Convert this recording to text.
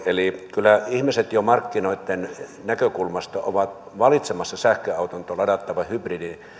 eli kyllä ihmiset jo markkinoitten näkökulmasta ovat valitsemassa sähköauton tuon ladattavan hybridin